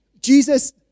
Jesus